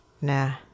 Nah